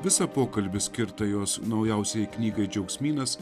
visą pokalbį skirtą jos naujausiai knygai džiaugsmynas